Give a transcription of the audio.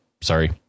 sorry